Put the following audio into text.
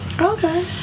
okay